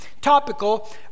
topical